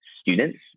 students